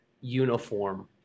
uniform